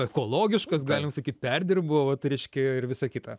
ekologiškas galim sakyt perdirbo vat reiškia ir visa kita